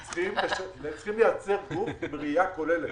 צריכים לייצר גוף עם ראייה כוללת.